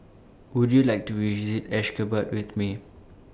Would YOU like to visit Ashgabat with Me